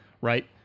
right